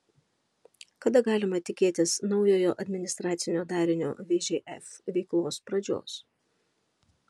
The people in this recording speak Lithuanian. kada galima tikėtis naujojo administracinio darinio vžf veiklos pradžios